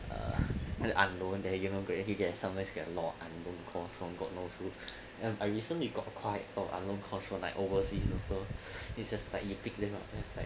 err unknown there you know you sometimes get a lot of unknown calls from god knows who um I recently got quite of unknown calls from like overseas so it's just like you pick them up then it's like